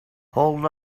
hold